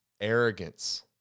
Arrogance